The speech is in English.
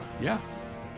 yes